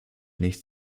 nicht